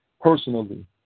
personally